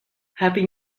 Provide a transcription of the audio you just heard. happy